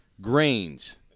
grains